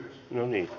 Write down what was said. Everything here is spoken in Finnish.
no niin